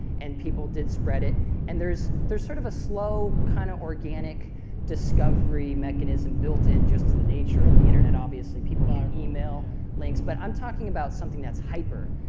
and people did spread it and there's there's sort of a slow, kind of organic discovery mechanism built in just to the nature of the internet. obviously, people could um email links. but i'm talking about something that's hyper.